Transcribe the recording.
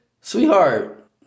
sweetheart